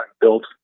built